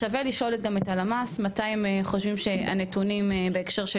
אז שווה לשאול גם את הלמ"ס מתי הם חושבים שהנתונים בהקשר של